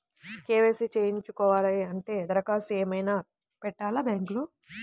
KYC చేయించుకోవాలి అంటే దరఖాస్తు ఏమయినా పెట్టాలా బ్యాంకులో?